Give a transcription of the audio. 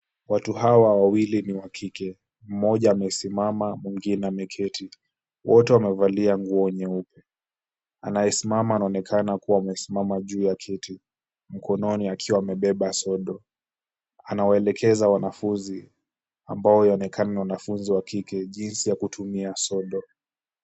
Watu hawa wawili ni wa kike, mmoja amesimama mwingine ameketi. Wote wamevalia nguo nyeupe. Anayesimama anaonekana kuwa amesimama juu ya kiti, mkononi akiwa amebeba sodo. Anawaelekeza wanafunzi ambao yaonekana ni wanafunzi wa kike jinsi ya kutumia sodo.